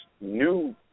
new